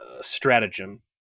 stratagem